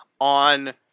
on